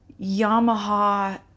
Yamaha